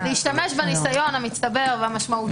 להשתמש בניסיון המצטבר והמשמעותי.